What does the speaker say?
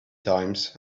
times